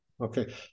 Okay